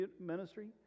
ministry